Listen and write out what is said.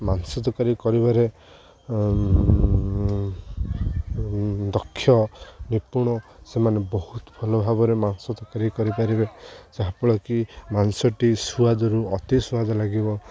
ମାଂସ ତରକାରୀ କରିବାରେ ଦକ୍ଷ ନିପୁଣ ସେମାନେ ବହୁତ ଭଲ ଭାବରେ ମାଂସ ତରକାରୀ କରିପାରିବେ ଯାହାଫଳରେ କିି ମାଂସଟି ସୁଆଦରୁ ଅତି ସୁଆଦ ଲାଗିବ